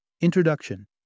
Introduction